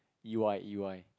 you are E_Y